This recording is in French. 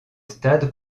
stade